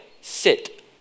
sit